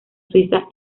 suiza